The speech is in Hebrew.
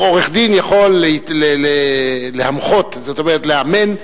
עורך-דין יכול להמחות, זאת אומרת לאמן,